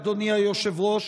אדוני היושב-ראש,